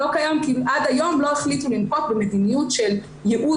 אמרתי שהוא לא קיים כי עד היום לא החליטו לנקוט במדיניות של ייעוד